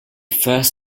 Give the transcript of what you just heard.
first